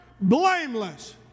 blameless